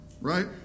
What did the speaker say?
Right